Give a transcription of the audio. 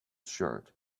shirt